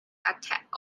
attack